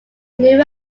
new